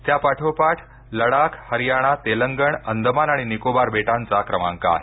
त्यापाठोपाठ लडाख हरियाणा तेलंगण अंदमान आणि निकोबर बेटांचा क्रमांक आहे